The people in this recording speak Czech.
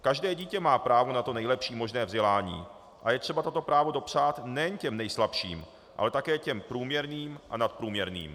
Každé dítě má právo na to nejlepší možné vzdělání a je třeba toto právo dopřát nejen těm nejslabším, ale také těm průměrným a nadprůměrným.